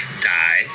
die